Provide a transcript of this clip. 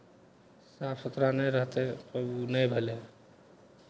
साफ सुथरा नहि रहतै तऽ ओ नहि भेलै